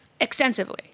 extensively